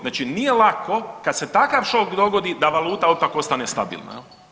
Znači nije lako kad se takav šok dogodi da valuta odmah ostane stabilna.